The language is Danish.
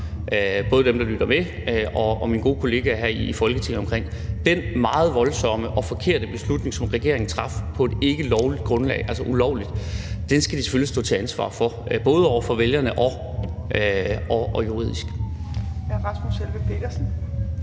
både dem, der lytter med, og mine gode kollegaer her i Folketinget om. Den meget voldsomme og forkerte beslutning, som regeringen traf på et ikkelovligt grundlag, altså ulovligt, skal de selvfølgelig stå til ansvar for – både over for vælgerne og juridisk. Kl. 15:50 Fjerde